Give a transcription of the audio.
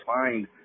find